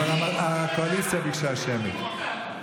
אבל הקואליציה ביקשה שמית.